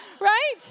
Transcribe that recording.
right